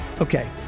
Okay